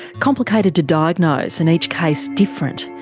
complicated to diagnose and each case different.